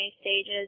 stages